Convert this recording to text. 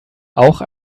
auch